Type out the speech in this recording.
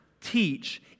teach